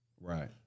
Right